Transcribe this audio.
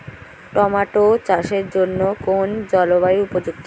Tomato চাষের জন্য কোন জলবায়ু উপযুক্ত?